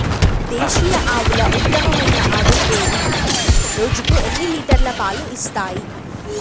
దేశీయ ఆవుల ఉత్తమమైన ఆవులు ఏవి? రోజుకు ఎన్ని లీటర్ల పాలు ఇస్తాయి?